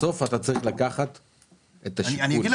בסוף אתה צריך לקחת את השיקול של --- אלכס,